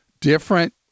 different